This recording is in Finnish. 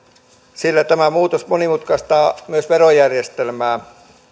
sillä tämä muutos monimutkaistaa myös verojärjestelmää